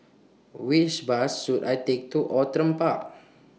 Which Bus should I Take to Outram Park